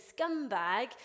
scumbag